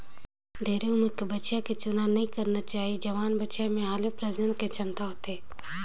ढेरे उमर के बछिया के चुनाव नइ करना चाही, जवान बछिया में हालु प्रजनन के छमता होथे